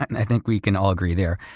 and i think we can all agree there.